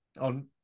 on